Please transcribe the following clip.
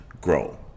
grow